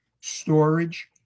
storage